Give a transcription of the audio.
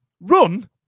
run